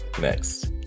next